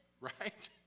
Right